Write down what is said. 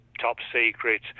top-secret